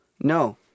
No